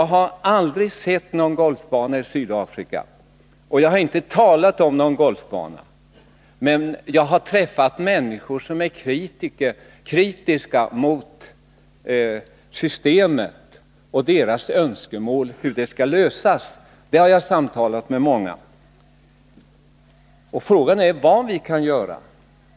F. ö. har jag inte sett en enda golfbana i Sydafrika och inte talat om någon golfbana. Däremot har jag träffat människor som är kritiska mot systemet och samtalat med många som fört fram sina önskemål om hur problemen skall lösas. Frågan är vad vi kan göra.